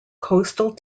coastal